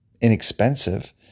inexpensive